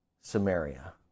Samaria